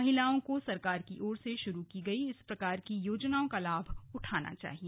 महिलाओं को सरकार की ओर से शुरू की गई इस प्रकार की योजनाओं का लाभ उठाना चाहिए